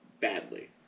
badly